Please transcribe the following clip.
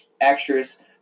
actress